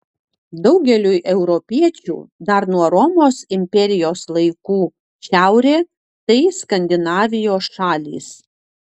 daugeliui europiečių dar nuo romos imperijos laikų šiaurė tai skandinavijos šalys